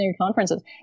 conferences